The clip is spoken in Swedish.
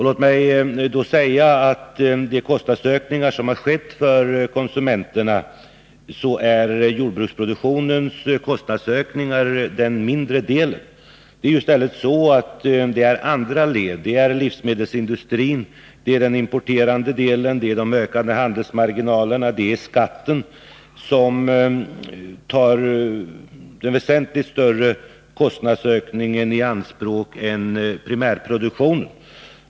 Låt mig då säga att av de kostnadsökningar som har skett för konsumenterna utgör jordbruksproduktionens kostnadsökningar den mindre delen. Det är i stället andra led — livsmedelsindustrin, importen, ökade handelsmarginaler och skatter — som tar en väsentligt större kostnadsökning i anspråk än primärproduktionen.